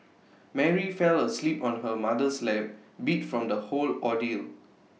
Mary fell asleep on her mother's lap beat from the whole ordeal